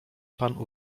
pan